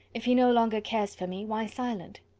if he no longer cares for me, why silent?